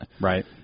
Right